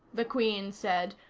the queen said,